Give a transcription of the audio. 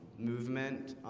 movement